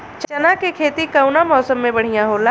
चना के खेती कउना मौसम मे बढ़ियां होला?